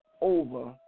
over